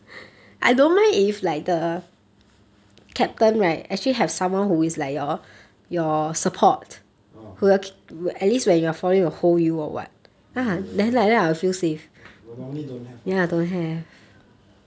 ah ya but but normally don't have what